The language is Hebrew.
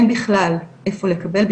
אין בכלל איפה לקבל,